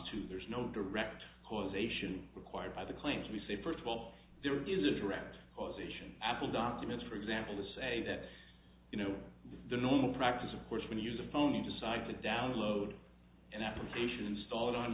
to there's no direct causation required by the claims we say first of all there is a direct correlation apple document for example to say that you know the normal practice of course when you use a phone and decide to download an application install